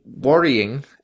worrying